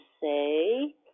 say